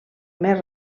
més